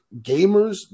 gamers